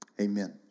Amen